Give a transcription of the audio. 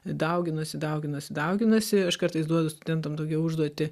dauginasi dauginasi dauginasi aš kartais duodu studentam tokią užduotį